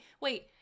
wait